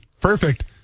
perfect